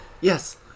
Yes